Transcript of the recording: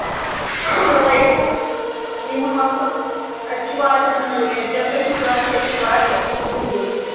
light حظ یِم ہاو تہٕ اَتہِ چھُ واریاہ دوٗر ییٚتہِ زَن تُہۍ دُکان چھُو أسۍ چھِ واریاہ دوٗر